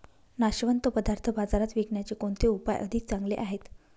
नाशवंत पदार्थ बाजारात विकण्याचे कोणते उपाय अधिक चांगले आहेत?